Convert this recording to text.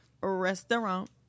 restaurant